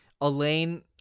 Elaine